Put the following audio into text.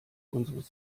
unseres